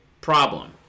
problem